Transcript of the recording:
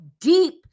deep